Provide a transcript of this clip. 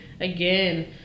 again